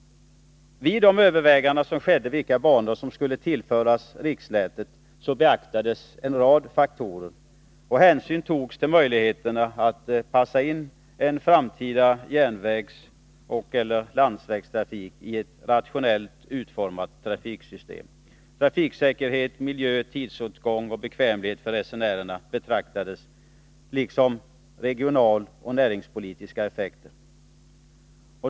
Vid överväganden om vilka banor som skulle tillföras riksnätet beaktades en rad faktorer, och hänsyn togs till möjligheterna att passa in en framtida järnvägseller landsvägstrafik i ett rationellt utformat trafiksystem. Trafiksäkerhet, miljö, tidsåtgång och bekvämlighet för resenärerna beaktades, liksom regionaloch näringspolitiska effekter.